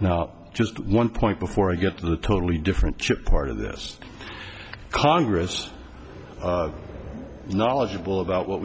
now just one point before i get to the totally different part of this congress knowledgeable about what